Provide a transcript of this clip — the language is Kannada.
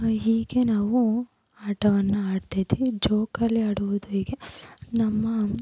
ಹೀಗೆ ನಾವು ಆಟವನ್ನು ಆಡ್ತಿದ್ವಿ ಜೋಕಾಲಿ ಆಡೋದು ಹೀಗೆ ನಮ್ಮ